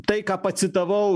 tai ką pacitavau